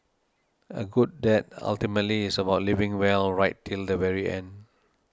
a good death ultimately is about living well right till the very end